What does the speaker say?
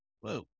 whoa